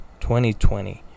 2020